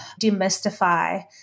demystify